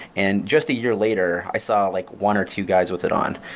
and just a year later, i saw like one or two guys with it on.